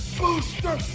Booster